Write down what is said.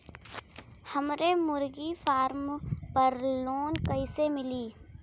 हमरे मुर्गी फार्म पर लोन कइसे मिली?